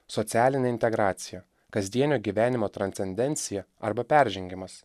socialinė integracija kasdienio gyvenimo transcendencija arba peržengimas